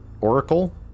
oracle